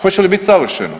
Hoće li biti savršeno?